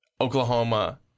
Oklahoma